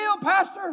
Pastor